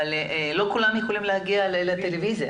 אבל לא כולם יכולים להגיע לטלויזיה.